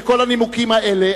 מכל הנימוקים האלה,